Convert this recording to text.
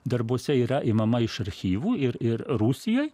darbuose yra imama iš archyvų ir ir rusijoj